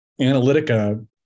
Analytica